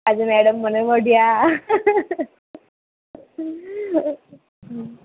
આજે મેડમ મને વઢ્યાં